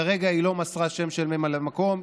כרגע היא לא מסרה שם של ממלא מקום,